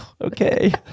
Okay